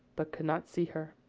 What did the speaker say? but could not see her.